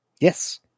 Yes